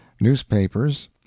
newspapers